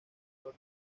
los